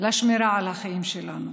לשמירה על החיים שלנו,